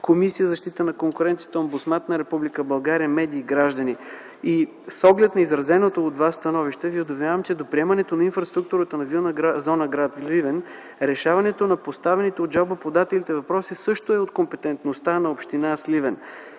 Комисията за защита на конкуренцията, омбудсмана на Република България, медии, граждани. С оглед на изразеното становище Ви уведомявам, че до приемането на инфраструктурата на Вилна зона – гр. Сливен, решаването на поставените от жалбоподателите въпроси също е от компетентността на община Сливен.